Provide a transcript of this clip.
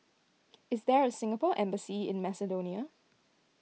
is there a Singapore Embassy in Macedonia